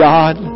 God